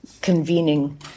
convening